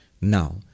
Now